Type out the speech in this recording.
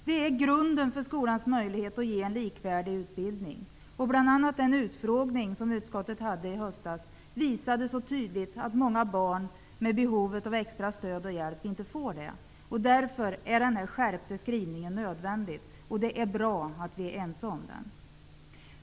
Detta är grunden för skolans möjlighet att ge en likvärdig utbildning. Bl.a. den utfrågning utskottet hade i höstas visade tydligt att många barn med behov av extra stöd och hjälp inte får det. Därför är den skärpta skrivningen nödvändig, och det är bra att vi är ense om den.